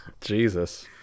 Jesus